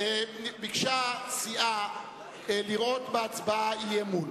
ביקשה סיעה לראות בהצבעה אי-אמון.